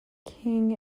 king